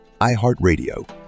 iHeartRadio